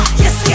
yes